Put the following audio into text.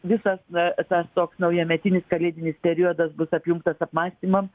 visas tas toks naujametinis kalėdinis periodas bus apjungtas apmąstymam